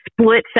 split